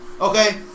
Okay